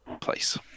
place